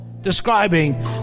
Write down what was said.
describing